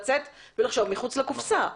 לצאת ולחשוב מחוץ לקופסה.